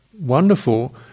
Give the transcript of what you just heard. wonderful